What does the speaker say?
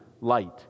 light